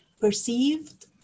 perceived